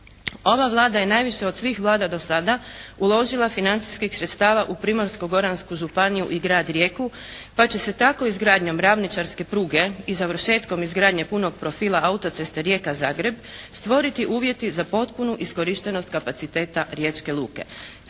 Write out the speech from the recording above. Ova Vlada je najviše od svih Vlada do sada uložila financijskih sredstava u Primorsko-goransku županiju i Grad Rijeku, pa će se tako izgradnjom ravničarske pruge i završetkom izgradnje punog profila auto ceste Rijeka-Zagreb stvoriti uvjeti za potpunu iskorištenost kapaciteta Riječke luke.